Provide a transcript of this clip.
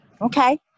Okay